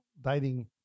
dating